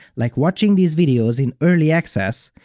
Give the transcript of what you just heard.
like watching these videos in early access,